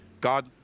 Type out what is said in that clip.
God